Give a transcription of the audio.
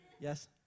Yes